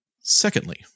Secondly